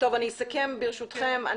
אני אסכם, ברשותכם.